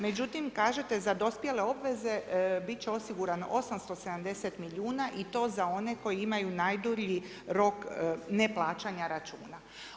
Međutim kažete za dospjele obveze bit će osigurano 870 milijuna i to za one koji imaju najdulji rok neplaćanja računa.